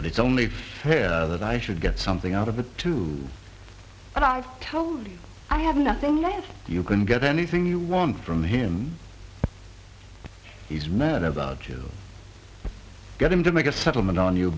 but it's only fair that i should get something out of the two and i've told you i have nothing now if you can get anything you want from him he's met about to get him to make a settlement on you